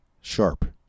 sharp